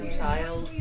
child